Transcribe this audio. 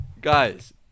Guys